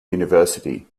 university